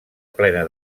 plena